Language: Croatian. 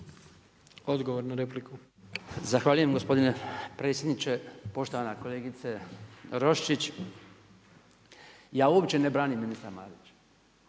Branko (HDZ)** Zahvaljujem gospodine predsjedniče. Poštovana kolegice Roščić, ja uopće ne branim ministra Marića,